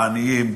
העניים,